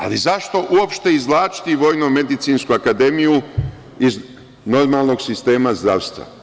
Ali, zašto uopšte izvlačiti Vojnomedicinsku akademiju iz normalnog sistema zdravstva?